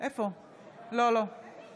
מאיר